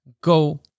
go